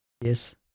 Yes